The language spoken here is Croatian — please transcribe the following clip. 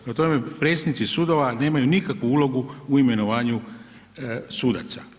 Prema tome, predsjednici sudova nemaju nikakvu ulogu u imenovanju sudaca.